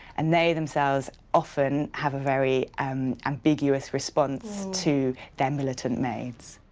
and they themselves often have very um ambiguous response to their militant maids.